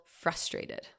frustrated